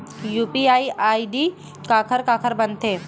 UPI ID काखर काखर बनथे?